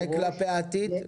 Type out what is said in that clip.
זה כלפי העתיד?